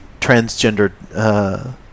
transgender